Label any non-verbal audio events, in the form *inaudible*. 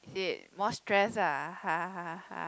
it moisturise ah *laughs*